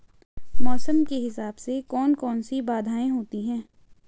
मौसम के हिसाब से कौन कौन सी बाधाएं होती हैं?